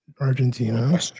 Argentina